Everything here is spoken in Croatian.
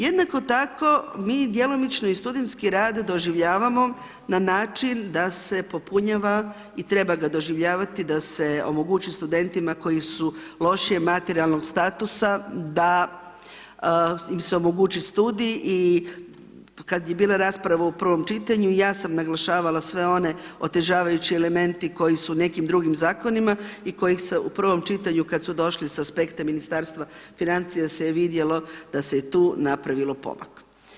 Jednako tako mi djelomično i studentski rad doživljavamo na način da se popunjava i treba ga doživljavati da se omogući studentima koji su lošijeg materijalnog statusa da im se omogući studij i kada je bila rasprava u prvom čitanju ja sam naglašavala sve one otežavajuće elemente koji su u nekim drugim zakonima i kojih se u prvom čitanju kada su došli sa aspekta Ministarstva financija se vidjelo da se i tu napravio pomak.